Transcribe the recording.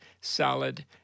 salad